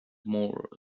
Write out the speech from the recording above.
more